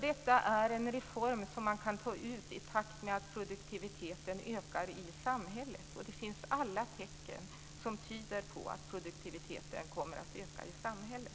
Detta är en reform som man kan ta ut i takt med att produktiviteten ökar i samhället. Alla tecken tyder på att produktiviteten kommer att öka i samhället.